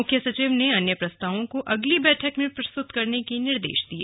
मुख्य सचिव ने अन्य प्रस्तावों को अगली बैठक में प्रस्तुत करने के निर्देश दिए